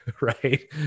Right